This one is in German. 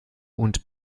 und